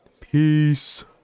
peace